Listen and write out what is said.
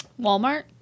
Walmart